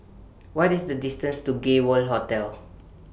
What IS The distance to Gay World Hotel